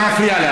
אבל אתה מפריע.